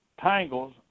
tangles